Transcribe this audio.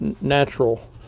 natural